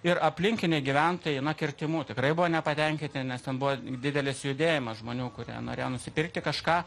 ir aplinkiniai gyventojai na kirtimų tikrai buvo nepatenkinti nes ten buvo didelis judėjimas žmonių kurie norėjo nusipirkti kažką